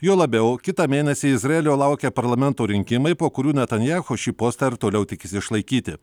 juo labiau kitą mėnesį izraelio laukia parlamento rinkimai po kurių netanjachu šį postą ir toliau tikisi išlaikyti